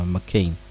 McCain